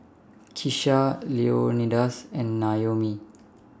Kisha Leonidas and Naomi